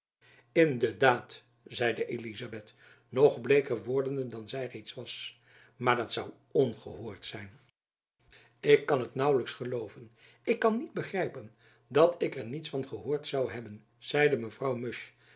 in de daad zeide elizabeth nog bleeker wordende dan zy reeds was maar dat zoû ongehoord zijn ik kan het naauwelijks gelooven ik kan niet begrijpen dat ik er niets van gehoord zoû hebben zeide mevrouw musch